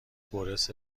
برس